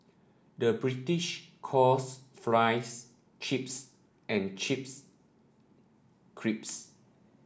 the British calls fries chips and chips crisps